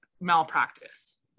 malpractice